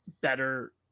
better